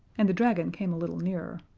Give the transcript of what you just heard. and the dragon came a little nearer.